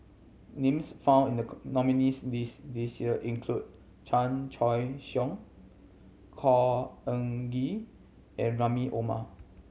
names found in the nominees' list this year include Chan Choy Siong Khor Ean Ghee and Rahim Omar